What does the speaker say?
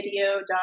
video